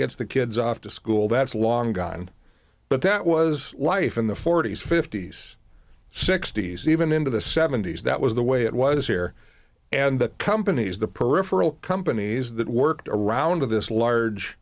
gets the kids off to school that's long gone but that was life in the forty's fifty's sixty's even into the seventy's that was the way it was here and the companies the peripheral companies that worked around of this large